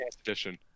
Edition